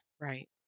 Right